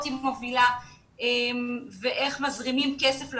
מובילה תוכנית התמריצים ואיך מזרימים כסף למערכת.